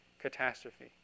catastrophe